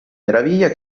meraviglia